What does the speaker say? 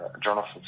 Jonathan